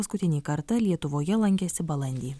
paskutinį kartą lietuvoje lankėsi balandį